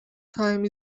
time